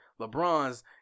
LeBron's